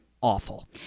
awful